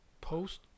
post